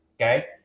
okay